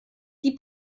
die